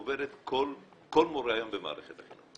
עוברת כל מורה היום במערכת החינוך.